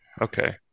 Okay